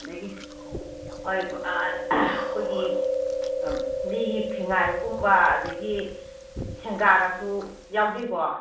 ꯑꯗꯒꯤ ꯑꯩꯈꯣꯏꯒꯤ ꯂꯤꯒꯤ ꯐꯤꯉꯥꯏꯔꯨꯛꯀꯨꯝꯕ ꯑꯗꯒꯤ ꯁꯦꯡꯒꯥꯒꯁꯨ ꯌꯥꯎꯖꯩꯀꯣ